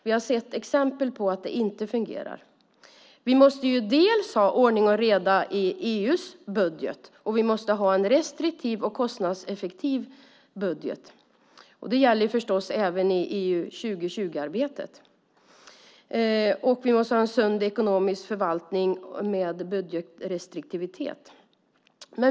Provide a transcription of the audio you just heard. Vi har sett exempel på att det inte fungerar. Vi måste ha ordning och reda i EU:s budget, och vi måste ha en restriktiv och kostnadseffektiv budget. Det gäller förstås även i EU 2020-arbetet. Vi måste ha en sund ekonomisk förvaltning med budgetrestriktivitet.